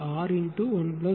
அதாவது உங்கள் இந்த E ΔFR